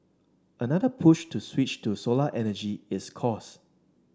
another push to switch to solar energy is cost